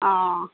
অঁ